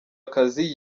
akazi